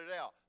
out